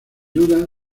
duda